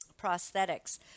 prosthetics